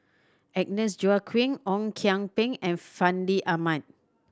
Agnes Joaquim Ong Kian Peng and Fandi Ahmad